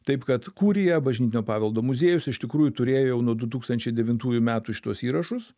taip kad kurija bažnytinio paveldo muziejus iš tikrųjų turėjo jau nuo du tūkstančiai devintųjų metų šituos įrašus